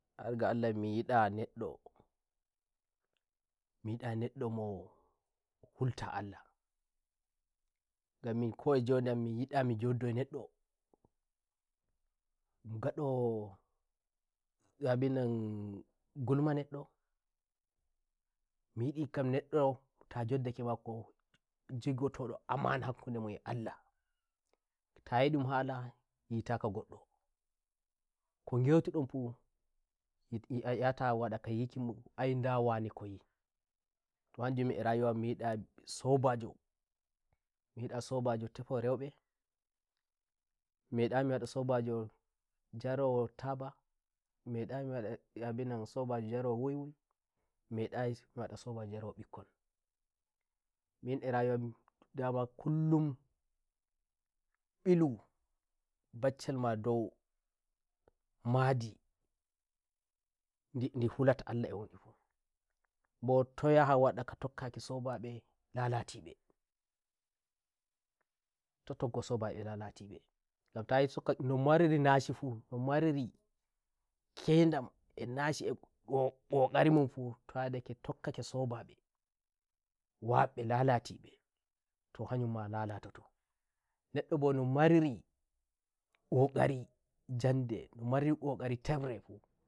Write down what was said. har ga Allahmi nyida neddomi yida neddo mo hulta Allah ngam min ko a njonde am mi yida mi joddo a neddongadowo abinan ngulma neddomi yidi ngam neddo ta njodda ke a makongadoto ndo amana hakkude mun eh Allahta nyidun hala nyitaka ngoddoko ngeutu ndon funyi nyata wada nga nyiki nda wane ko yi'i to hanjum min a rayuwa am mi nyidasobajomi yida sobajo tefowo raubemi medayi mi wada sobajo njarowo taba mi medayi mi wadaabinan sobajo njarawo wiwimi medayi mi wada sobajo njarowo mbikkonmin a rayuwa amdama kullum mbilu baccel ma doumadi ndi ndi hulata Allah e woni fumbo to nyaha wada ka tokkaki sobajo lalatibeto tokko soba en lalatibengan ta yi suka no mariri naci fu no maririkyedam eh naci eh naci eh " ko kokari mun fu to yadake tokkake sobabewabbe lalati mbeto ha nyum ma lalatotoneddo bo no mariri kokari njande no mariri kokari